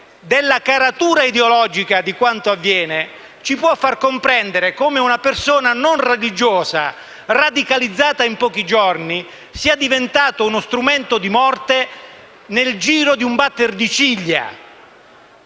della caratura ideologica di quanto avviene ci può far comprendere come una persona non religiosa, radicalizzata in pochi giorni, sia diventata uno strumento di morte nel giro di un batter di ciglia.